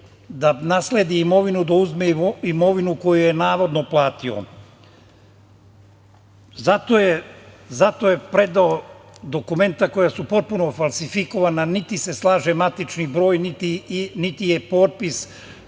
da nasledi imovinu, da uzme imovinu koju je navodno platio. Zato je predao dokumenta koja su potpuno falsifikovana, niti se slaže matični broj, niti je potpis